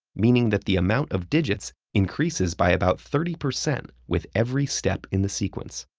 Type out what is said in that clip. meaning that the amount of digits increases by about thirty percent with every step in the sequence.